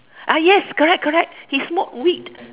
ah yes correct correct he smoke weed